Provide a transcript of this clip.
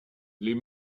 les